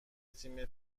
تیم